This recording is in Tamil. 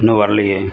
இன்னும் வரலையே